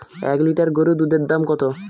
এক লিটার গোরুর দুধের দাম কত?